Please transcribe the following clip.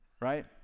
right